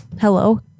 Hello